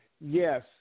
yes